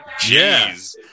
Jeez